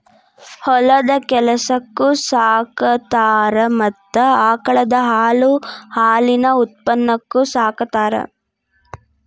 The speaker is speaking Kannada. ಹೊಲದ ಕೆಲಸಕ್ಕು ಸಾಕತಾರ ಮತ್ತ ಆಕಳದ ಹಾಲು ಹಾಲಿನ ಉತ್ಪನ್ನಕ್ಕು ಸಾಕತಾರ